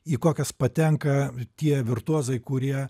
į kokias patenka tie virtuozai kurie